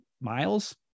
miles